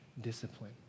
Discipline